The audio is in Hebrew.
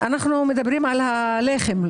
אנו מדברים על הלחם.